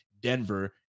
Denver